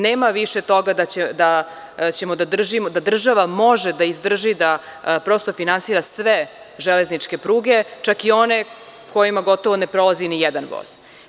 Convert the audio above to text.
Nema više toga da država može da izdrži da finansira sve železničke pruge, čak i one kojima gotovo ne prolazi nijedan voz.